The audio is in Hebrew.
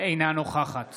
אינה נוכחת